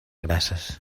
grasses